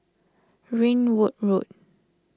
Ringwood Road